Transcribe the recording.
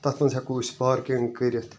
تتھ مَنٛز ہیٚکو أسۍ پارکِنٛگ کٔرِتھ